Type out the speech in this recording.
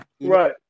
Right